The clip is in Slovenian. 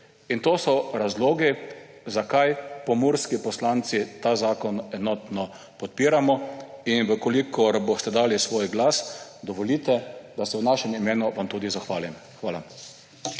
To so razlogi, zakaj pomurski poslanci ta zakon enotno podpiramo. Če boste dali svoj glas, dovolite, da se vam v našem imenu tudi zahvalim. Hvala.